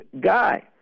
guy